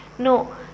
No